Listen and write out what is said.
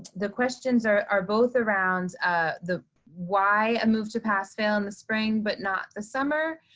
the questions are are both around ah the why a move to pass fail in the spring but not the summer,